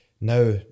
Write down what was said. now